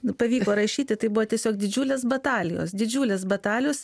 nu pavyko rašyti tai buvo tiesiog didžiulės batalijos didžiulės batalijos